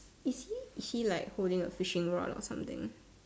is he is he like holding a fishing rod or something